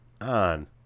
on